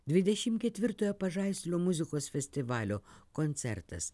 dvidešim ketvirtojo pažaislio muzikos festivalio koncertas